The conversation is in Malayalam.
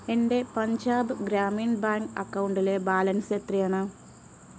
എൻ്റെ പഞ്ചാബ് ഗ്രാമീൺ ബാങ്ക് അക്കൗണ്ടിലെ ബാലൻസ് എത്രയാണ്